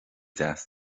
deas